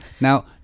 Now